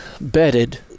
bedded